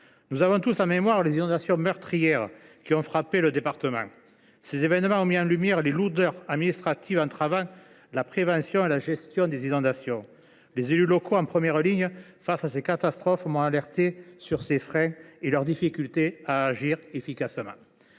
Nous avons tous en mémoire les inondations meurtrières qui ont frappé le département. Ces événements ont mis en lumière les lourdeurs administratives entravant la prévention et la gestion des inondations. Les élus locaux, en première ligne face à ces catastrophes, m’ont alerté sur ces freins et signalé leur difficulté à agir efficacement.